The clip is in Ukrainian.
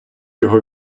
його